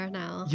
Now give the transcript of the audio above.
now